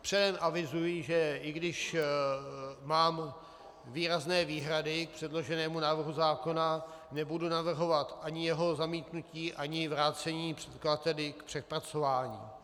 Předem avizuji, že i když mám výrazné výhrady k předloženému návrhu zákona, nebudu navrhovat ani jeho zamítnutí, ani vrácení předkladateli k přepracování.